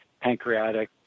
pancreatic